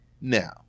now